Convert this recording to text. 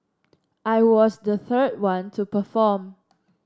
I was the third one to perform